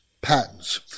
patents